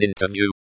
Interview